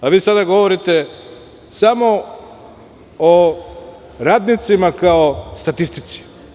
A vi sada govorite samo o radnicima kao statistici.